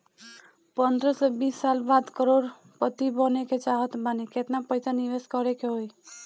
पंद्रह से बीस साल बाद करोड़ पति बने के चाहता बानी केतना पइसा निवेस करे के होई?